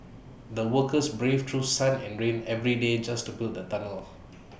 the workers braved through sun and rain every day just to build the tunnel